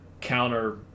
counter